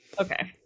okay